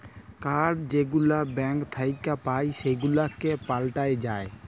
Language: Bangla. কাড় যেগুলা ব্যাংক থ্যাইকে পাই সেগুলাকে পাল্টাল যায়